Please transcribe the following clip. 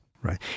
Right